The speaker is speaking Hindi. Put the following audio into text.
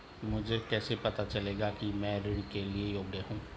मुझे कैसे पता चलेगा कि मैं ऋण के लिए योग्य हूँ?